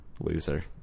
loser